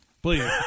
Please